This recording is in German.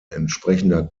entsprechender